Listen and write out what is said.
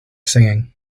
singing